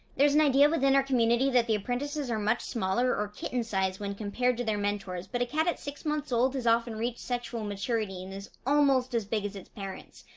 there's an idea within our community that the apprentices are much smaller or kitten-size when compared to their mentors, but a cat at six months old has often reached sexual maturity and is almost as big as its parents.